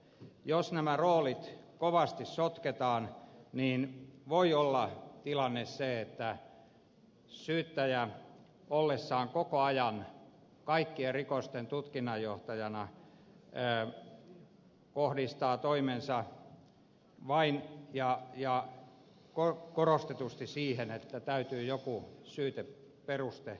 jos nämä roolit kovasti sotketaan niin tilanne voi olla se että syyttäjä ollessaan koko ajan kaikkien rikosten tutkinnanjohtajana kohdistaa toimensa vain ja korostetusti siihen että täytyy joku syyteperuste löytää